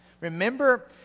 Remember